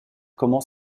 comment